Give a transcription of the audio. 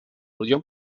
ludziom